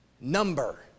number